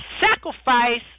sacrifice